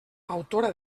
autora